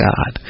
God